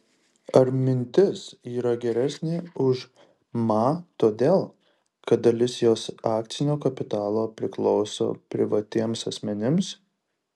ar mintis yra geresnė už ma todėl kad dalis jos akcinio kapitalo priklauso privatiems asmenims